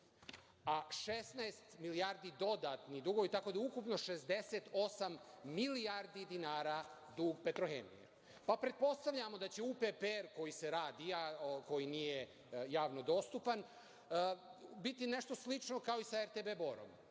a 16 milijardi dodatni dugovi, tako da je ukupno 68 milijardi dinara dug „Petrohemije“. Pretpostavljamo da će UPPR koji se radi, a koji nije javno dostupan, biti nešto slično kao i sa RTB Borom,